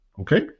okay